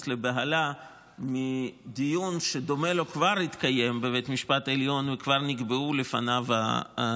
לבהלה מדיון שדומה לו כבר התקיים בבית המשפט העליון וכבר נקבעו התוצאות.